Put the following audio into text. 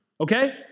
Okay